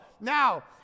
Now